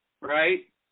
right